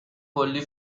کلی